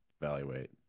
evaluate